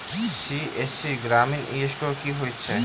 CSC Grameen e store की होइ छै?